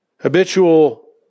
Habitual